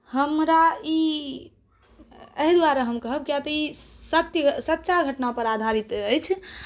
हमरा ई एहि दुआरे हम कहब कियाकि ई सत्य घटनापर आधारित अछि